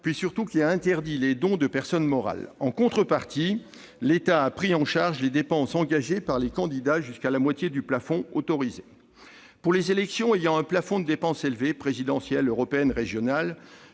qui a, surtout, interdit les dons de personnes morales. En contrepartie, l'État a pris en charge les dépenses engagées par les candidats jusqu'à la moitié du plafond autorisé. Pour les élections où le plafond de dépenses est élevé- élections présidentielle, européennes ou régionales